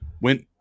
Went